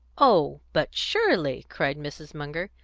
oh, but surely! cried mrs. munger,